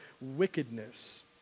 wickedness